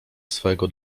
swojego